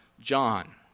John